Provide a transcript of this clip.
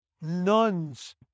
nuns